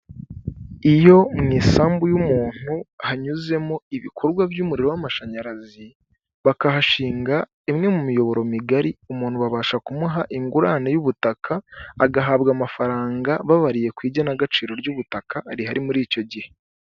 Iyo mu isambu y'umuntu hanyuzemo ibikorwa by'umuriro w'amashanyarazi bakahashinga imwe mu miyoboro migari, umuntu babasha kumuha ingurane y'ubutaka, agahabwa amafaranga babariye ku igenagaciro ry'ubutaka rihari muri icyo gihe.